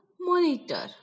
monitor